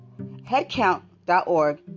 Headcount.org